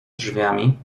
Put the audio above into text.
drzwiami